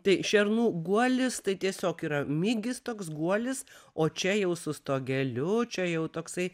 tai šernų guolis tai tiesiog yra migis toks guolis o čia jau su stogeliu čia jau toksai